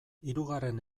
hirugarren